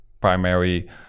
primary